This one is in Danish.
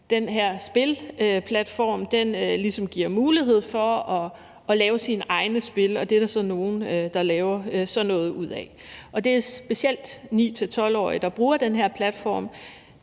den her spilleplatform ligesom giver mulighed for at lave sine egne spil, og det er der så nogle der laver sådan noget ud af, og det er specielt 9-12-årige, der bruger den her platform.